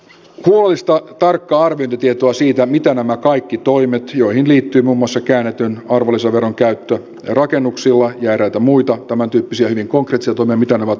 huolellista tarkkaa arviointitietoa siitä mitä nämä kaikki toimet joihin liittyy muun muassa käännetyn arvonlisäveron käyttö rakennuksilla ja eräitä muita tämäntyyppisiä hyvin konkreettisia toimia ovat vaikuttaneet ei ole